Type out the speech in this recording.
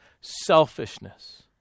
Selfishness